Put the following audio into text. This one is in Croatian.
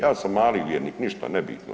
Ja sam mali vjernik, ništa, nebitno.